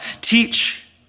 Teach